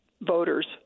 voters